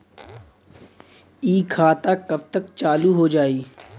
इ खाता कब तक चालू हो जाई?